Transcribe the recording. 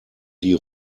die